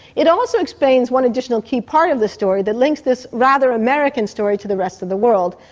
it also explains one additional key part of the story that links this rather american story to the rest of the world,